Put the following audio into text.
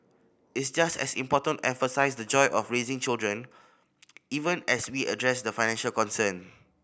it's just as important emphasise the joy of raising children even as we address the financial concern